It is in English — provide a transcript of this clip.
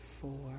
four